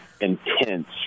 intense